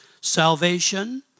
salvation